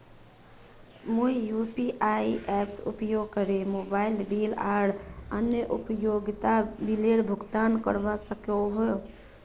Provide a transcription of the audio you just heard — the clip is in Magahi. मुई यू.पी.आई एपेर उपयोग करे मोबाइल बिल आर अन्य उपयोगिता बिलेर भुगतान करवा सको ही